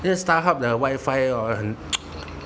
这个 Starhub 的 wifi hor 很